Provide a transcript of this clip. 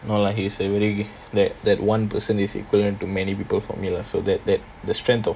no lah he's a really tha~ that one person is equivalent to many people for me lah so tha~ that the strength of